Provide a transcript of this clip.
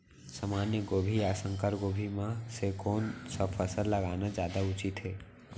सामान्य गोभी या संकर गोभी म से कोन स फसल लगाना जादा उचित हे?